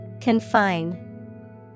Confine